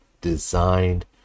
designed